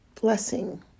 blessing